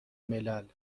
ملل